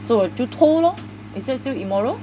做就偷 lor is that still immoral